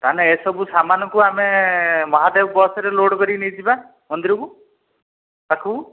ତା ମାନେ ଏହି ସବୁ ସାମାନକୁ ଆମେ ମହାଦେବ ବସରେ ଲୋଡ଼ କରି ନେଇଯିବା ମନ୍ଦିରକୁ ପାଖକୁ